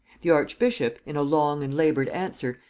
the archbishop, in a long and labored answer,